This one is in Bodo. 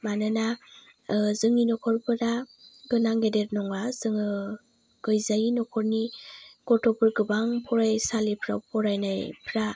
मानोना जोंनि न'खरफोरा गोनां गेदेर नङा जोङो गैजायि न'खरनि गथ'फोर गोबां फरायसालिफ्राव फरायनाय गथ'फ्रा